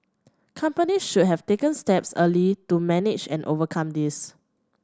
companies should have taken steps early to manage and overcome this